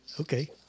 Okay